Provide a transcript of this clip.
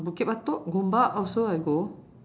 bukit batok gombak also I go